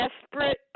desperate